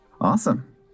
Awesome